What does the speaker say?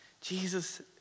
Jesus